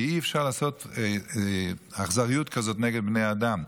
כי אי-אפשר לעשות אכזריות כזאת נגד בני אדם.